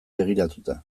begiratuta